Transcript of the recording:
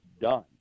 done